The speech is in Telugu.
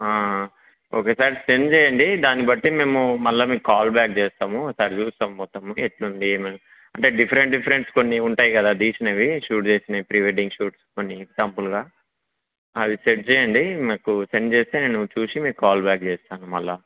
ఒకసారి సెండ్ చేయండి దాన్ని బట్టి మేము మళ్ళా మీకు కాల్ బ్యాక్ చేస్తాము ఓసారి చూస్తాము మొత్తము ఎట్లుంది ఏంది అంటే డిఫరెంట్ డిఫరెంట్స్ కొన్ని ఉంటాయి కదా తీసినవి షూట్ చేసినవి ప్రీ వెడ్డింగ్ షూట్స్ కొన్ని శాంపుల్గా అవి సెట్ చేయండి మాకు సెండ్ చేస్తే నేను చూసి మీకు కాల్ బ్యాక్ చేస్తాను మళ్ళా